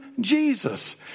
Jesus